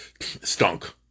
stunk